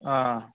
ఆ